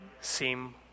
seem